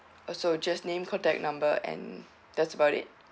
ah so just name contact number and that's about it